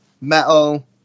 metal